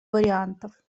вариантов